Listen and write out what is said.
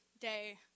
day